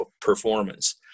performance